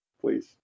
Please